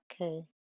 Okay